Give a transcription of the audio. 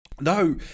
no